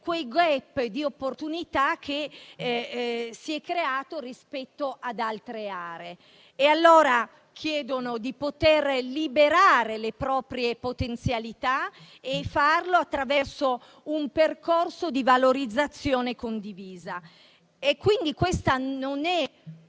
quel *gap* di opportunità che si è creato rispetto ad altre aree. Chiedono di poter liberare le proprie potenzialità e di farlo attraverso un percorso di valorizzazione condivisa. Questa non è